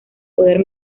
poder